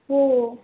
हो